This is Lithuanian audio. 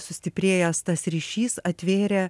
sustiprėjęs tas ryšys atvėrė